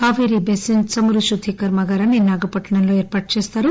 Kaveri basin చమురు శుద్ది కర్మాగారాన్ని నాగపట్టణంలో ఏర్పాటుచేస్తారు